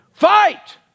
Fight